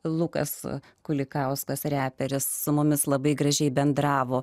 lukas kulikauskas reperis su mumis labai gražiai bendravo